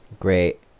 Great